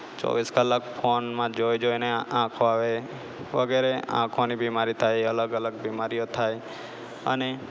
ચોવીસ કલાક ફોનમાં જોઈ જોઈને આંખો આવે વગેરે આંખોની બીમારી થાય એ અલગ અલગ બીમારીઓ થાય અને